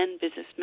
businessmen